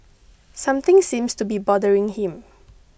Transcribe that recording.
something seems to be bothering him